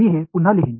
मी हे पुन्हा लिहीन